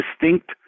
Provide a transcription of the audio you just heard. distinct